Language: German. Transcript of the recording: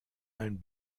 ein